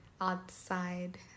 outside